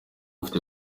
ufite